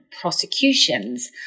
prosecutions